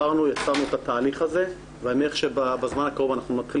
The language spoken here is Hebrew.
יצרנו את התהליך הזה ואני מניח שבזמן הקרוב אנחנו נתחיל